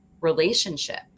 relationship